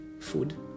food